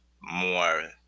more